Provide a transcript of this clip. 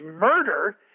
murder